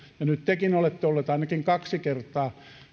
ja nyt tekin olette olleet ainakin kaksi kertaa